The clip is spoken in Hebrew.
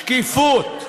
שקיפות.